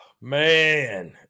Man